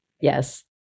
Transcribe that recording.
Yes